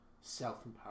self-empowerment